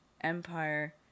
empire